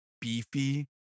beefy